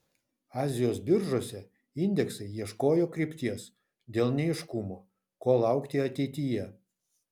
azijos biržose indeksai ieškojo krypties dėl neaiškumo ko laukti ateityje